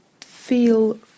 feel